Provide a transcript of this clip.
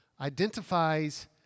identifies